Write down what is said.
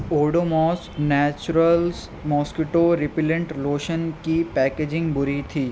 Odomos naturals mosquito repellent lotion کی packaging بُری تھی